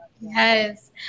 Yes